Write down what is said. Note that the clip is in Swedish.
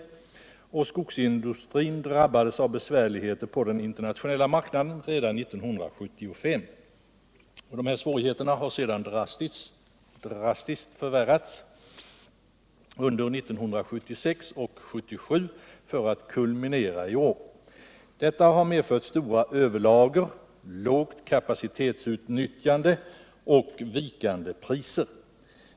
Skogsindustrin drabbades av besvärligheter på den internationella marknaden redan 1975, och dessa svårigheter har sedan drastiskt förvärrats under 1976 och 1977 för att kulminera i år. Detta har medfört stora överlager, lågt kapacitetsutnyttjande och vikande priser.